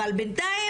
אבל בינתיים,